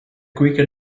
quicker